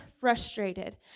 frustrated